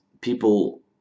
people